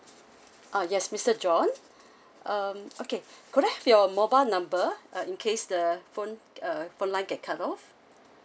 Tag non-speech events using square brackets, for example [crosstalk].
oh yes mister john [breath] um okay [breath] could I have your mobile number uh in case the phone uh phone line get cut off